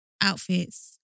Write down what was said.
outfits